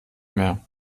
mehr